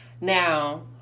now